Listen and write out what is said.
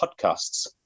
podcasts